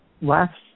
last